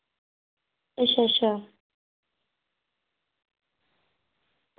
अच्छा अच्छा